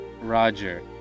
Roger